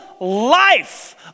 life